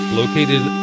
located